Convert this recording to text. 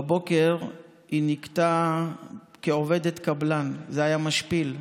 בבוקר היא ניקתה כעובדת קבלן, זה היה משפיל.